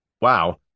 Wow